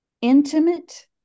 Intimate